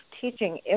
teaching